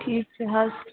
ٹھیٖک چھِ حظ